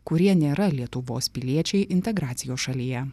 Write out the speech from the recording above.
kurie nėra lietuvos piliečiai integracijos šalyje